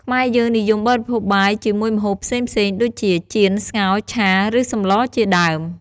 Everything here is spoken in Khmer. ខ្មែរយើងនិយមបរិភោគបាយជាមួយម្ហូបផ្សេងៗដូចជា ចៀន ស្ងោរ ឆា ឬ សម្លជាដើម។